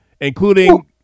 including